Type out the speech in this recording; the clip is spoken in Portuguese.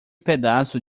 pedaço